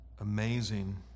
amazing